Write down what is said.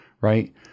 right